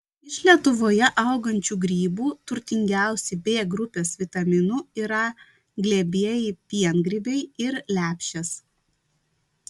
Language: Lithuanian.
iš lietuvoje augančių grybų turtingiausi b grupės vitaminų yra glebieji piengrybiai ir lepšės